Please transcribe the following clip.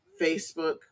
Facebook